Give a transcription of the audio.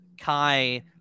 Kai